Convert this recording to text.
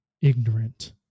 ignorant